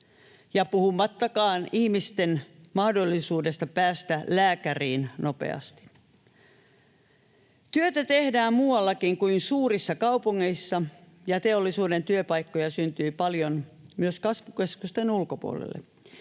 puhumattakaan ihmisten mahdollisuudesta päästä lääkäriin nopeasti. Työtä tehdään muuallakin kuin suurissa kaupungeissa, ja teollisuuden työpaikkoja syntyy paljon myös kasvukeskusten ulkopuolelle.